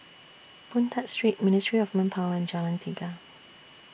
Boon Tat Street Ministry of Manpower and Jalan Tiga